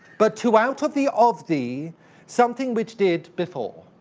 but two out of thee of thee something which did before.